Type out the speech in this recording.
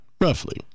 Roughly